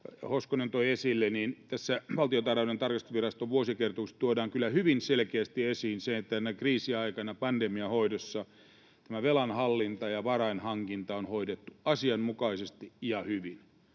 Hoskonen toi esille: tässä Valtiontalouden tarkastusviraston vuosikertomuksessa tuodaan kyllä hyvin selkeästi esiin se, että tänä kriisiaikana pandemian hoidossa tämä velan hallinta ja varainhankinta on hoidettu asianmukaisesti ja hyvin.